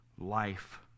life